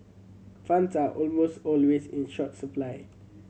funds are almost always in short supply